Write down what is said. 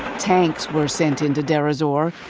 tanks were sent into deir ez-zor,